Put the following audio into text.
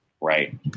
Right